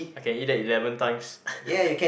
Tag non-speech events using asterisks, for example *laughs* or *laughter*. I can eat that eleven times *laughs*